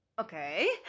okay